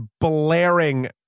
blaring